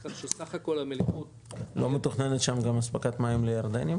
כך שסך הכול המליחות --- לא מתוכננת שם גם אספקת מים לירדנים?